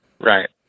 right